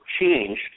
change